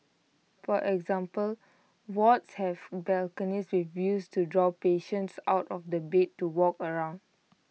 for example wards have balconies with views to draw patients out of the bed to walk around